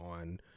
on